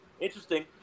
Interesting